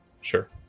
Sure